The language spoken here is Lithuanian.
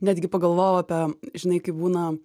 netgi pagalvojau apie žinai kaip būna